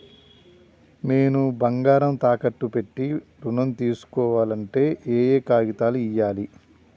నేను బంగారం తాకట్టు పెట్టి ఋణం తీస్కోవాలంటే ఏయే కాగితాలు ఇయ్యాలి?